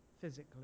physically